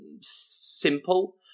simple